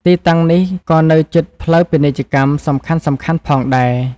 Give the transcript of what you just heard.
ទីតាំងនេះក៏នៅជិតផ្លូវពាណិជ្ជកម្មសំខាន់ៗផងដែរ។